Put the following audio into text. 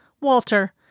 Walter